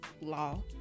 law